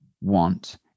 want